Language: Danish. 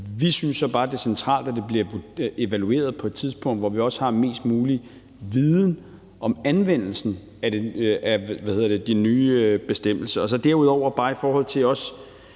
Vi synes så bare, at det er centralt, at det bliver evalueret på et tidspunkt, hvor vi også har mest mulig viden om anvendelsen af den nye bestemmelse. Derudover vil jeg bare i forhold til